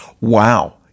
Wow